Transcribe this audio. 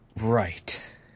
Right